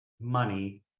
money